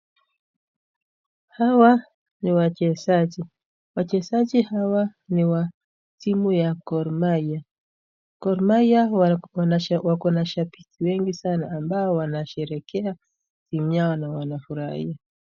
Hawa ni wachezaji wachezaji hawa ni ya timu ya Gor mahia , Gor mahia wakona shabiki wengi sana ambao wanashereke timu yao na wanaofurahai.